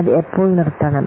അത് എപ്പോൾ നിർത്തണം